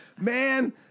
Man